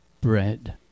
bread